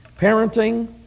Parenting